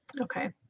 Okay